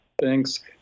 thanks